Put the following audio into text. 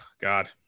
god